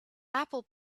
apple